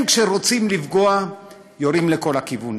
הם, כשרוצים לפגוע, יורים לכל הכיוונים.